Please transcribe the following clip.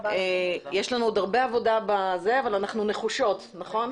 יש לנו עוד הרבה עבודה אבל אנחנו נחושות, נכון?